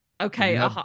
Okay